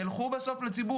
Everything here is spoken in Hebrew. תלכו לציבור,